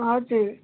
हजुर